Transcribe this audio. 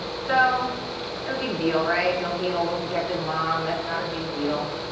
so no big deal, right don't be an overprotective mom, that's not a big deal,